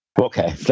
Okay